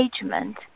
engagement